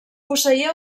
posseïa